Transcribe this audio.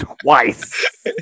twice